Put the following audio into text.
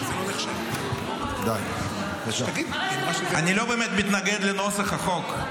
אני לא באמת מתנגד לנוסח החוק,